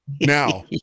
Now